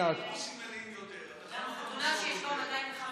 לא חייבים להחזיר את כל הרכבת,